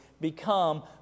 become